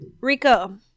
Rico